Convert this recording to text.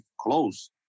close